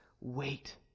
wait